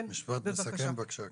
כן, בבקשה.